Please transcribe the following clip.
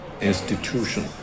institution